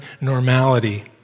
normality